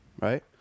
right